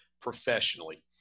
professionally